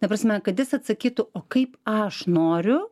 ta prasme kad jis atsakytų o kaip aš noriu